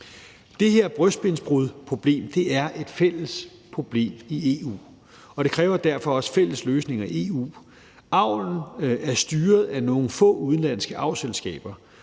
Det her brystbensbrudsproblem er et fælles problem i EU, og det kræver derfor også fælles løsninger i EU. Avlen er styret af nogle få udenlandske avlsselskaber,